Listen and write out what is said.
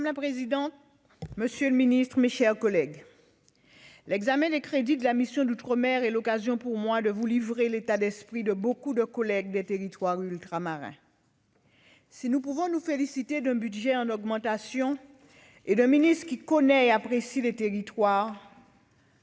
Madame la présidente, monsieur le ministre, mes chers collègues, l'examen des crédits de la mission « Outre-mer » est l'occasion pour moi de vous livrer l'état d'esprit de nombreux collègues des territoires ultramarins. Si nous pouvons nous féliciter d'un budget en augmentation et du soutien d'un ministre qui connaît et apprécie nos territoires,